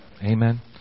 Amen